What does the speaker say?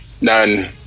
none